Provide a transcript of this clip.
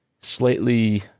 slightly